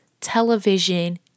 television